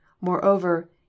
moreover